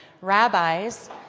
Rabbis